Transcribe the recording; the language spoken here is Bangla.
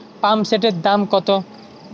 পাম্পসেটের দাম কত?